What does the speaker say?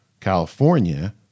California